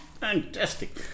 fantastic